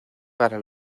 para